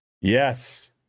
yes